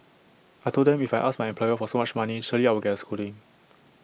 I Told them if I ask my employer for so much money surely I will get A scolding